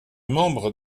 membre